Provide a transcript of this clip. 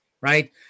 right